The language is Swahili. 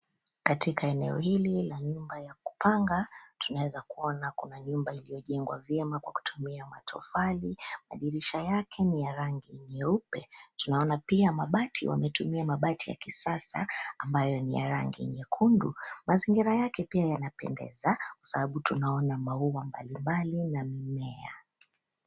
Katika eneo hili la nyumba ya kupanga tunaweza kuona kuna nyumba iliyojengwa vyema kwa kutumia matofali, madirisha yake ni ya rangi nyeupe, tunaona pia mabati wametumia mabati ya kisasa ambayo ni ya rangi nyekundu. Mazingira yake pia yanapendeza kwa sababu tunaona mauwa mbalimbali na mimea.